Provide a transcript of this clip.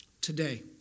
today